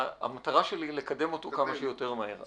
המטרה שלי היא לקדם אותה כמה שיותר מהר.